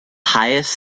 highest